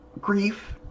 grief